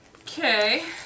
Okay